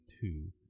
two